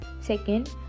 Second